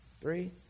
three